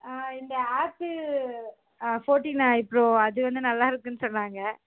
இந்த ஆப்பிள் ஃபோட்டின் ஐ ப்ரோ அது வந்து நல்லாயிருக்குனு சொன்னாங்க